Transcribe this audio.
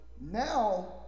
now